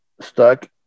stuck